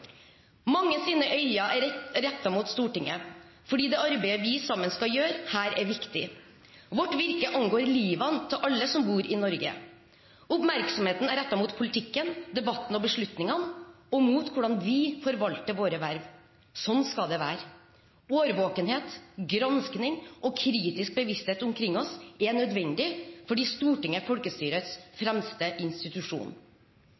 er rettet mot Stortinget fordi det arbeidet vi sammen skal gjøre her, er viktig. Vårt virke angår livet til alle som bor i Norge. Oppmerksomheten er rettet mot politikken, debatten og beslutningene og hvordan vi forvalter våre verv. Slik skal det være. Årvåkenhet, gransking og kritisk bevissthet omkring oss er nødvendig fordi Stortinget er folkestyrets